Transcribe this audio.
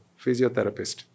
physiotherapist